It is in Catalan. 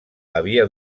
havia